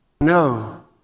No